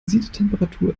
siedetemperatur